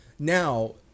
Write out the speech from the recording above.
Now